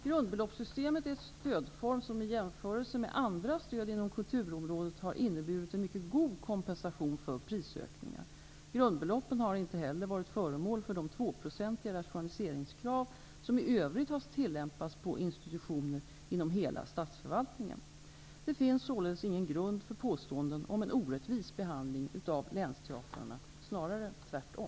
Grundbeloppssystemet är en stödform som i jämförelse med andra stöd inom kulturområdet har inneburit en mycket god kompensation för prisökningar. Grundbeloppen har inte heller varit föremål för de tvåprocentiga rationaliseringskrav som i övrigt har tillämpats på institutioner inom hela statsförvaltningen. Det finns således ingen grund för påståenden om en orättvis behandling av länsteatrarna -- snarare tvärtom.